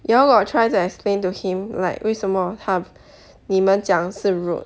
you all got try to explain to him like 为什么他你们讲是 rude